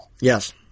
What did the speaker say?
Yes